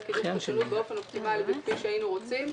קידום חדשנות באופן אופטימלי וכפי שהיינו רוצים.